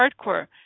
hardcore